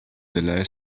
della